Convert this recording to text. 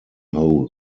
whole